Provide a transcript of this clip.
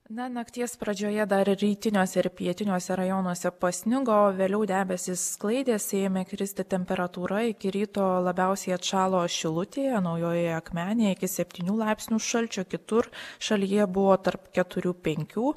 na nakties pradžioje dar rytiniuose ir pietiniuose rajonuose pasnigo o vėliau debesys sklaidės ėmė kristi temperatūra iki ryto labiausiai atšalo šilutėje naujojoje akmenėje iki septynių laipsnių šalčio kitur šalyje buvo tarp keturių penkių